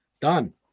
done